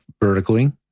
vertically